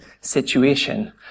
situation